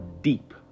deep